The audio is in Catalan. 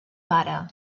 pare